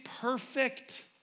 perfect